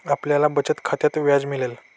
आपल्याला बचत खात्यात व्याज मिळेल